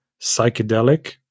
psychedelic